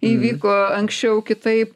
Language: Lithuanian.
įvyko anksčiau kitaip